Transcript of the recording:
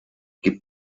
gibt